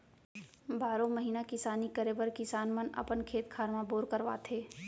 बारो महिना किसानी करे बर किसान मन अपन खेत खार म बोर करवाथे